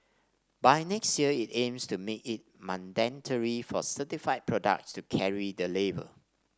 by next year it aims to make it mandatory for certified products to carry the label